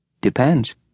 Depends